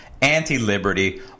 anti-liberty